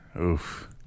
Oof